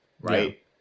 right